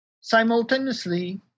Simultaneously